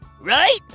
Right